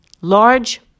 large